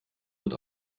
wird